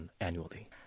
annually